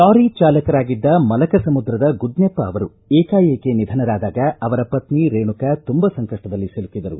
lorry ಚಾಲಕರಾಗಿದ್ದ ಮಲಕ ಸಮುದ್ರದ ಗುದ್ನೆಪ್ಪ ಅವರು ಏಕಾಏಕಿ ನಿಧನರಾದಾಗ ಅವರ ಪತ್ನಿ ರೇಣುಕಾ ತುಂಬ ಸಂಕಪ್ಸದಲ್ಲಿ ಸಿಲುಕಿದರು